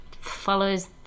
follows